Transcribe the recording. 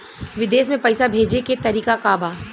विदेश में पैसा भेजे के तरीका का बा?